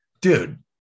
dude